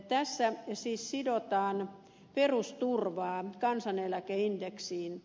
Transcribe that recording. tässä siis sidotaan perusturvaa kansaneläkeindeksiin